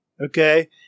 okay